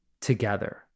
together